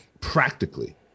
practically